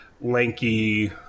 lanky